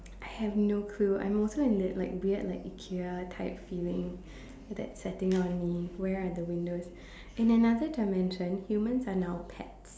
I have no clue I'm also in it like weird like IKEA type feeling that setting on me where are the windows in another dimension humans are now pets